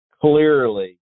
clearly